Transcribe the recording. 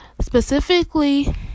specifically